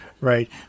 right